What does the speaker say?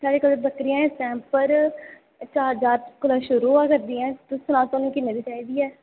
ते साढ़े कोल बक्करियां चार ज्हार कोला शुरू होआ करदियां न ते तुस सनाओ तुसें किन्नियां चाहिदियां न